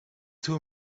two